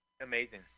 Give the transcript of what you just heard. amazing